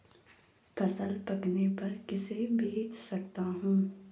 फसल पकने पर किसे बेच सकता हूँ?